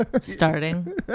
Starting